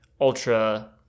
ultra